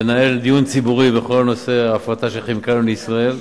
לנהל דיון ציבורי בכל נושא ההפרטה של "כימיקלים לישראל".